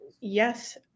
Yes